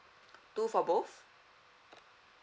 two for both